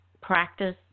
practice